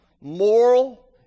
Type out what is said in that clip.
moral